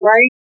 Right